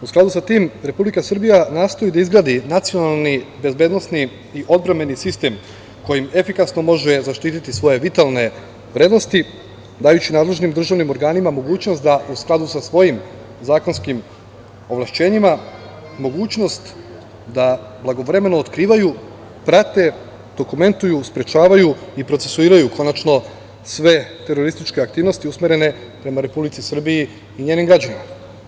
U skladu sa tim Republika Srbija nastoji da izgradi nacionalni bezbednosni i odbrambeni sistem kojim efikasno može zaštiti svoje vitalne vrednosti dajući nadležnim državnim organima mogućnost da u skladu sa svojim zakonskim ovlašćenjima mogućnost da blagovremeno otkrivaju, prate, dokumentuju, sprečavaju i procesiraju konačno sve terorističke aktivnosti, usmerene prema Republici Srbiji i njenim građanima.